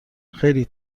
خیلی